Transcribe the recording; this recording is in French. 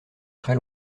très